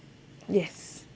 yes